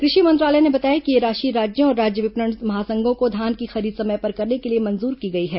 कृषि मंत्रालय ने बताया है कि यह राशि राज्यों और राज्य विपणन महासंघों को धान की खरीद समय पर करने के लिए मंजूर की गई है